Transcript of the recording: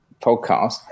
podcast